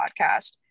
podcast